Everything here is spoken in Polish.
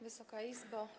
Wysoka Izbo!